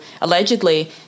allegedly